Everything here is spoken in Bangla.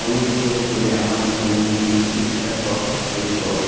অনুগ্রহ করে আমার জন্য মিষ্টি ছাড়া কফি তৈরি কর